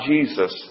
Jesus